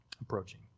approaching